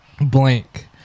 Blank